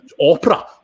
opera